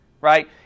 right